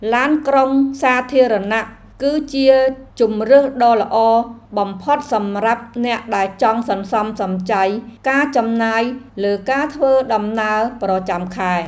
ឡានក្រុងសាធារណៈគឺជាជម្រើសដ៏ល្អបំផុតសម្រាប់អ្នកដែលចង់សន្សំសំចៃការចំណាយលើការធ្វើដំណើរប្រចាំខែ។